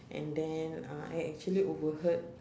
and then uh I actually overheard